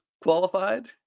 qualified